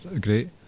great